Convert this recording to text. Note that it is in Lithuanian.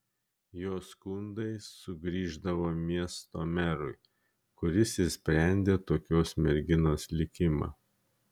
jos skundai sugrįždavo miesto merui kuris ir sprendė tokios merginos likimą